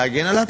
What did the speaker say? להגן עליו,